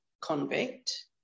convict